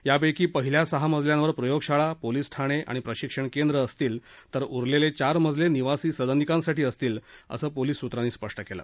यापैकी पहिल्या सहा मजल्यांवर प्रयोगशाळा पोलीस ठाणे आणि प्रशिक्षण केंद्र असतीलतर उरलेले चार मजले निवासी सदनिकांसाठी असतील असं पोलीस सूत्रांनी सांगितलं